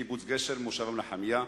קיבוץ גשר והמושבה מנחמיה.